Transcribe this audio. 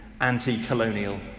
anti-colonial